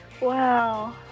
Wow